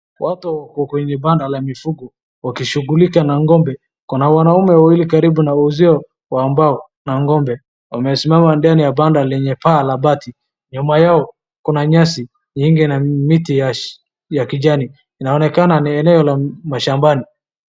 Watu wako kwenye banda la mifugo wakishughulika na ng'ombe. Kuna wanaume wawili karibu na ua wa mbao na ng'ombe. Wamesimama ndani ya banda lenye paa la mbati. Nyuma yao kuna nyasi nyingi na miti ya kijani. Inaonekana ni eneo la mashambani.